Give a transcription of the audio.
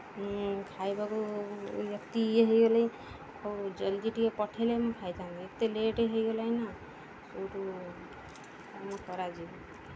ଖାଇବାକୁ ଏତିକି ଇଏ ହୋଇଗଲେ ହଉ ଜଲ୍ଦି ଟିକିଏ ପଠାଇଲେ ମୁଁ ଖାଇଥାନ୍ତି ଏତେ ଲେଟ୍ ହୋଇଗଲାଣି ନା ସେଇଠୁ କ'ଣ କରାଯିବ